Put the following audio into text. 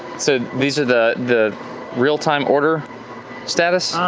so these are the the real time order status? um